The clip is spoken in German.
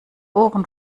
ohren